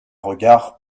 regard